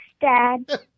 Dad